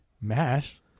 mash